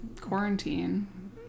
quarantine